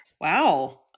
Wow